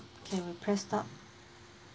can we press stop